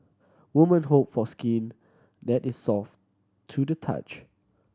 woman hope for skin that is soft to the touch